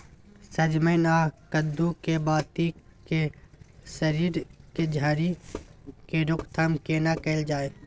सजमैन आ कद्दू के बाती के सईर के झरि के रोकथाम केना कैल जाय?